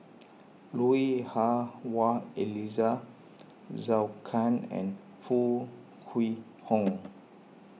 Lui Hah Wah Elena Zhou Can and Foo Kwee Horng